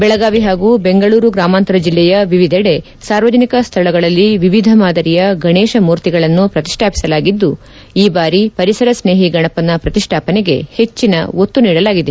ಬೆಳಗಾವಿ ಹಾಗೂ ಬೆಂಗಳೂರು ಗ್ರಾಮಾಂತರ ಜಿಲ್ಲೆಯ ವಿವಿಧೆಡೆ ಸಾರ್ವಜನಿಕ ಸ್ಥಳಗಳಲ್ಲಿ ವಿವಿಧ ಮಾದರಿಯ ಗಣೇಶ ಮೂರ್ತಿಗಳನ್ನು ಪ್ರತಿಷ್ಟಾಪಿಸಲಾಗಿದ್ದು ಈ ಬಾರಿ ಪರಿಸರ ಸ್ನೇಹಿ ಗಣಪನ ಪ್ರತಿಷ್ಠಾಪನೆಗೆ ಹೆಚ್ಚಿನ ಒತ್ತು ನೀಡಲಾಗಿದೆ